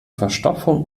verstopfung